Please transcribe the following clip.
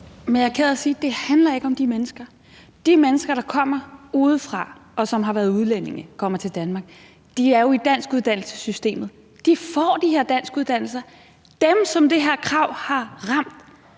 er ked af at sige det, men det handler ikke om de mennesker. De mennesker, der kommer udefra, og som er udlændinge og kommer til Danmark, er jo i danskuddannelsessystemet. De får de her danskuddannelser. Dem, som det her krav har ramt,